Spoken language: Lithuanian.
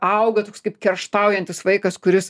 auga toks kaip kerštaujantis vaikas kuris